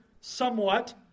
somewhat